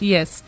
Yes